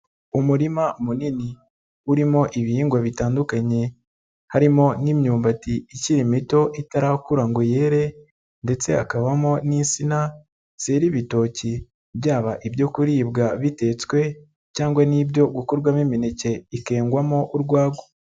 Umurima munini urimo ibihingwa bitandukanye harimo n'imyumbati ikiri mito itarakura ngo yere ndetse hakabamo n'insina zera ibitoki byaba ibyo kuribwa bitetswe cyangwa n'ibyo gukorwamo imineke ikengwamo urwagwa.